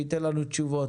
שייתן לנו תשובות.